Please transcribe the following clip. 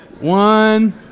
One